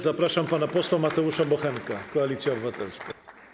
Zapraszam pana posła Mateusza Bochenka, Koalicja Obywatelska.